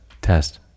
Test